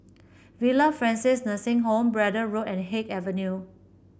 Villa Francis Nursing Home Braddell Road and Haig Avenue